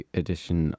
edition